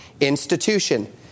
institution